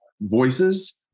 voices